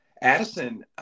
Addison